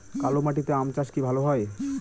কালো মাটিতে আম চাষ কি ভালো হয়?